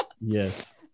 yes